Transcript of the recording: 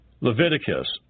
Leviticus